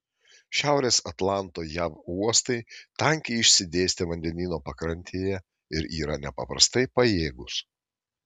šiaurės atlanto jav uostai tankiai išsidėstę vandenyno pakrantėje ir yra nepaprastai pajėgūs